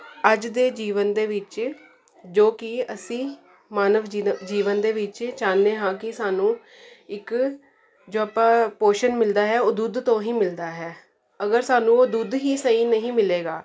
ਅੱਜ ਦੇ ਜੀਵਨ ਦੇ ਵਿੱਚ ਜੋ ਕਿ ਅਸੀਂ ਮਾਨਵ ਜੀਵਨ ਦੇ ਵਿੱਚ ਚਾਹੁੰਦੇ ਹਾਂ ਕਿ ਸਾਨੂੰ ਇੱਕ ਜੋ ਆਪਾਂ ਪੋਸ਼ਣ ਮਿਲਦਾ ਹੈ ਉਹ ਦੁੱਧ ਤੋਂ ਹੀ ਮਿਲਦਾ ਹੈ ਅਗਰ ਸਾਨੂੰ ਉਹ ਦੁੱਧ ਹੀ ਸਹੀ ਨਹੀਂ ਮਿਲੇਗਾ